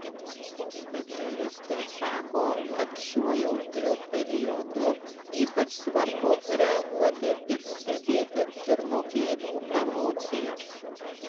specialistė sako kad šiuo jautriu periodu ypač svarbu reaguoti ir stebėti pirmokėlių emocijas